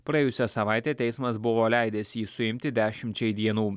praėjusią savaitę teismas buvo leidęs jį suimti dešimčiai dienų